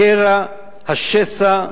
הקרע, השסע,